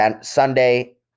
Sunday